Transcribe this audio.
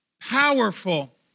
powerful